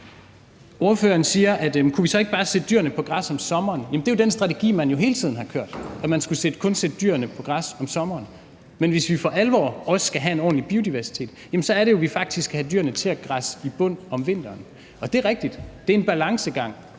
Ordføreren spørger, om vi så ikke bare kunne sætte dyrene på græs om sommeren. Jamen det er jo den strategi, man hele tiden har kørt med – at man kun skulle sætte dyrene på græs om sommeren. Men hvis vi for alvor også skal have en ordentlig biodiversitet, er det jo, at vi faktisk skal have dyrene til at græsse i bund om vinteren. Og det er rigtigt, at det er en balancegang,